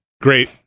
great